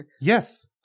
Yes